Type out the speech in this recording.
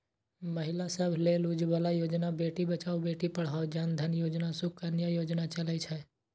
महिला सभ लेल उज्ज्वला योजना, बेटी बचाओ बेटी पढ़ाओ, जन धन योजना, सुकन्या योजना चलै छै